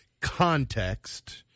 context-